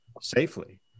safely